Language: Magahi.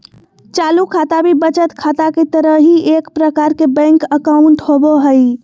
चालू खाता भी बचत खाता के तरह ही एक प्रकार के बैंक अकाउंट होबो हइ